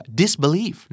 disbelief